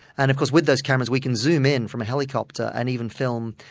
and of course with those cameras we can zoom in from a helicopter and even film,